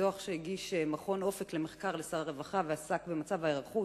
מדוח שהגיש "מכון אופק למחקר" לשר הרווחה ואשר עסק במצב ההיערכות